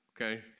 okay